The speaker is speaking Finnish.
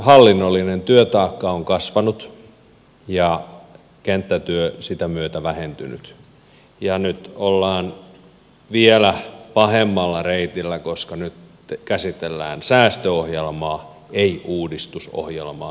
hallinnollinen työtaakka on kasvanut ja kenttätyö sitä myötä vähentynyt ja nyt ollaan vielä pahemmalla reitillä koska nyt käsitellään säästöohjelmaa ei uudistusohjelmaa